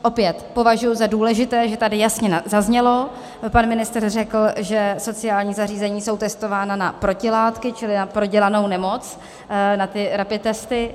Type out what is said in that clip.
Opět považuji za důležité, že tady jasně zaznělo, pan ministr řekl, že sociální zařízení jsou testována na protilátky, čili na prodělanou nemoc, na ty rapid testy.